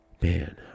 man